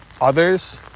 others